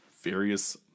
various